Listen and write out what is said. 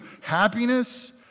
happiness